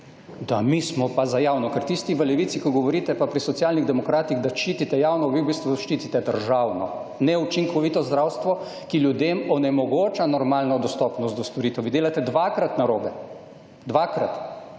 da mi smo pa za javno. Ker tisti v Levici, ko govorite, in pri Socialnih demokratih, da ščitite javno, vi v bistvu ščitite državno, neučinkovito zdravstvo, ki ljudem onemogoča normalno dostopnost do storitev. Vi delate dvakrat narobe, dvakrat.